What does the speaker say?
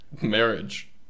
Marriage